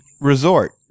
Resort